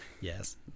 Yes